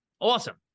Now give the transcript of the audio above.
awesome